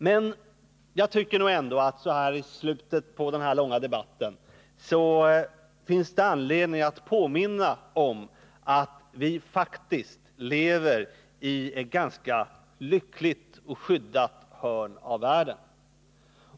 Men jag tycker ändå att det i slutet av den här långa debatten finns anledning att påminna om att vi faktiskt lever i ett ganska lyckligt och skyddat hörn av världen.